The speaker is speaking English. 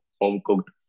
home-cooked